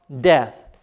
death